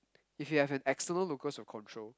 if you have an external locus of control